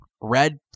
red